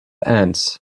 ants